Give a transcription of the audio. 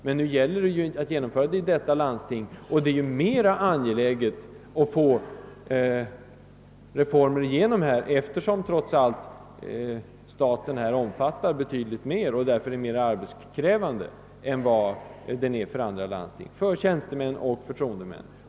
Men nu gäller det ju Stockholms läns landsting, och det är särskilt angeläget att genomföra reformen där, eftersom budgeten för detta landsting omfattar betydligt mer än vad som är fallet på andra håll och sålunda är mera arbetskrävande för tjänstemän och för förtroendemän.